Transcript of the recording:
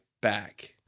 back